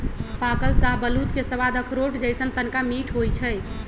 पाकल शाहबलूत के सवाद अखरोट जइसन्न तनका मीठ होइ छइ